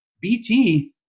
BT